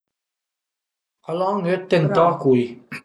Al an öt tentacùi